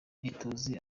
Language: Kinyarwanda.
ntituzi